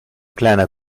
kleiner